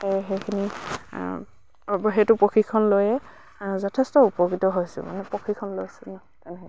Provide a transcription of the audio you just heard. সেইখিনি সেইটো প্ৰশিক্ষণ লৈয়ে যথেষ্ট উপকৃত হৈছো মানে প্ৰশিক্ষণ লৈছো